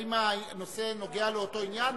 האם הנושא נוגע לאותו עניין?